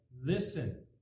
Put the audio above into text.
listen